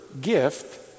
gift